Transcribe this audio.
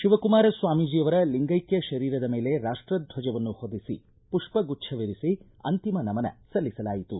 ಶಿವಕುಮಾರ ಸಾಮೀಜಿಯವರ ಲಿಂಗೈಕ್ಹ ಶರೀರದ ಮೇಲೆ ರಾಷ್ಟ ಧ್ವಜವನ್ನು ಹೊದಿಸಿ ಪುಷ್ಪಗುಚ್ಧವಿರಿಸಿ ಅಂತಿಮ ನಮನ ಸಲ್ಲಿಸಲಾಯಿತು